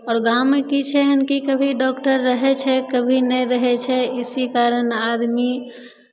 आओर गाँवमे की छै एहन कि कभी डॉक्टर रहै छै कभी नहि रहै छै इसी कारण आदमी